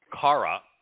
Kara